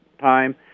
time